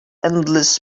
endless